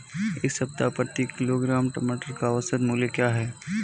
इस सप्ताह प्रति किलोग्राम टमाटर का औसत मूल्य क्या है?